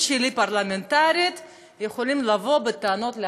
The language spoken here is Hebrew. הפרלמנטרית שלי יכול לבוא בטענות לאחותי,